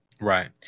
Right